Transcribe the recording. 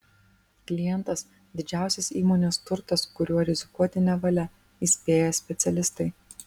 klientas didžiausias įmonės turtas kuriuo rizikuoti nevalia įspėja specialistai